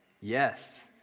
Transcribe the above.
Yes